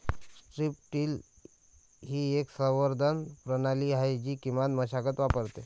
strip till ही एक संवर्धन प्रणाली आहे जी किमान मशागत वापरते